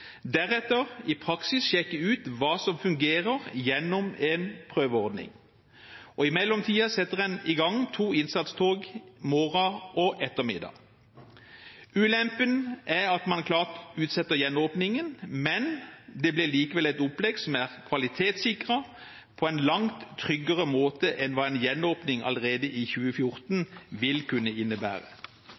sjekke ut i praksis hva som fungerer, gjennom en prøveordning, og i mellomtiden setter en i gang to innsatstog, morgen og ettermiddag. Ulempen er at man klart utsetter gjenåpningen. Men det blir likevel et opplegg som er kvalitetssikret, på en langt tryggere måte enn hva en gjenåpning allerede i 2014 vil kunne innebære.